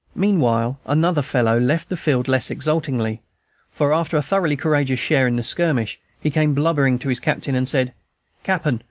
meanwhile, another fellow left the field less exultingly for, after a thoroughly courageous share in the skirmish, he came blubbering to his captain, and said cappen,